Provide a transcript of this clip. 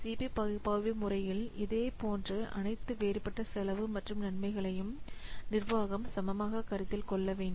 C B பகுப்பாய்வு முறையில் இதேபோன்ற அனைத்து வேறுபட்ட செலவு மற்றும் நன்மைகளையும் நிர்வாகம் சமமாக கருத்தில் கொள்ள வேண்டும்